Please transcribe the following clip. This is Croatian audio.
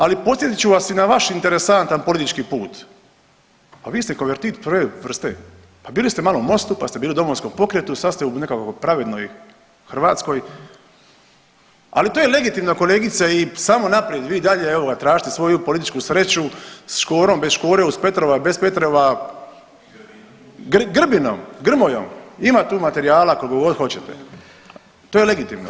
Ali podsjetit ću vas i na vaš interesantan politički put, pa vi ste konvertit prve vrste, pa bili ste malo u Mostu, pa ste bili u Domovinskom pokretu, sad ste u nekakvoj Pravednoj Hrvatskoj, ali to je legitimno kolegice i samo naprijed vi i dalje evoga tražite svoju političku sreću sa Škorom bez Škore, uz Petrova, bez Petrova, Grbinom, Grmojom ima tu materijala kolikogod hoćete, to je legitimno.